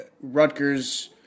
Rutgers